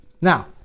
Now